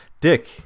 dick